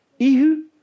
Ihu